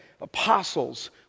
apostles